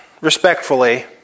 respectfully